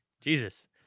Jesus